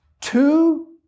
two